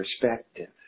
perspective